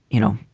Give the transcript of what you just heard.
you know,